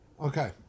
Okay